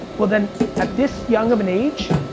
well then at this young of an age,